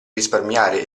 risparmiare